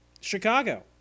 Chicago